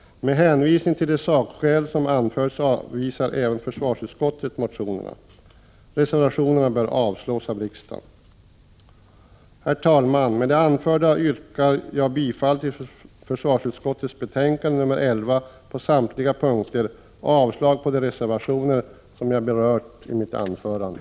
Med hänvisning till de sakskäl som anförts avvisar även försvarsutskottet motionerna. Reservationen bör avslås av riksdagen. Herr talman! Med det anförda yrkar jag bifall till försvarsutskottets hemställan i betänkande nr 11 på samtliga punkter och avslag på de reservationer som jag har berört i mitt anförande.